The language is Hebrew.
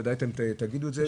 ודאי אתם גם תגידו את זה,